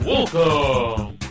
Welcome